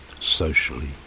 socially